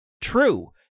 true